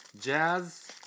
Jazz